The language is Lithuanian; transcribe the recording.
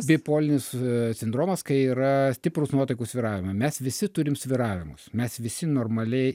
bipolinis sindromas kai yra stiprūs nuotaikų svyravimai mes visi turim svyravimus mes visi normaliai